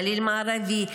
בגליל המערבי,